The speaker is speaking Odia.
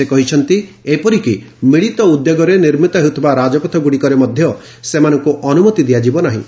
ସେ କହିଛନ୍ତି ଏପରିକି ମିଳିତ ଉଦ୍ୟୋଗରେ ନିର୍ମିତ ହେଉଥିବା ରାଜପଥଗୁଡ଼ିକରେ ମଧ୍ୟ ସେମାନଙ୍କୁ ଅନୁମତି ଦିଆଯିବ ନାହିଁ